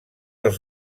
els